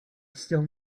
still